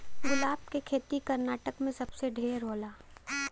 गुलाब के खेती कर्नाटक में सबसे ढेर होला